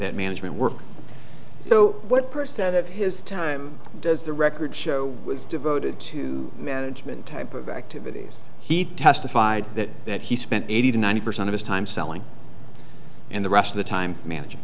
that management work so what percent of his time does the record show was devoted to management type of activities he testified that that he spent eighty to ninety percent of his time selling and the rest of the time manag